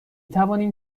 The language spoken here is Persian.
توانیم